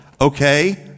Okay